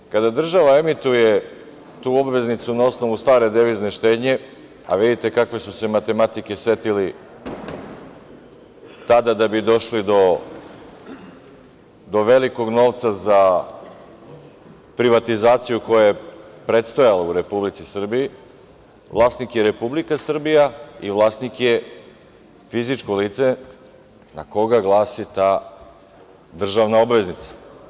Sad, kada država emituje tu obveznicu na osnovu stare devizne štednje, a vidite kakve su se matematike setili tada da bi došli do velikog novca za privatizaciju koja je predstojala u Republici Srbiji, vlasnik je Republika Srbija i vlasnik je fizičko lice na koga glasi ta državna obveznica.